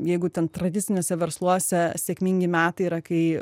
jeigu ten tradiciniuose versluose sėkmingi metai yra kai